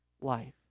life